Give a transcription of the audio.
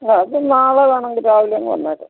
ആ അത് നാളെ വേണമെങ്കിൽ രാവിലെ അങ്ങ് വന്നേക്കാം